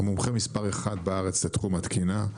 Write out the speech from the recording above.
המומחה מספר 1 בארץ לתחום התקינה.